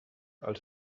els